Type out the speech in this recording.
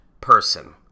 person